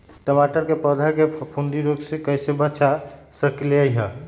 टमाटर के पौधा के फफूंदी रोग से कैसे बचा सकलियै ह?